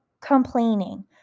complaining